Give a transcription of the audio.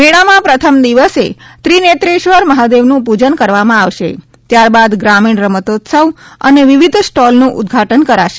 મેળામાં પ્રથમ દિવસે ત્રિનેત્રેશ્વર મહાદેવનું પૂજન કરવામાં આવશે ત્યારબાદ ગ્રામીણ રમતોત્સવ અને વિવિધ સ્ટોલનું ઉદઘાટન કરાશે